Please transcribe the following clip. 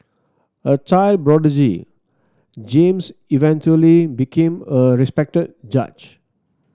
a child prodigy James eventually became a respected judge